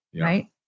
right